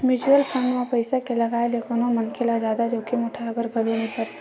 mutual fund म पइसा के लगाए ले कोनो मनखे ल जादा जोखिम उठाय बर घलो नइ परय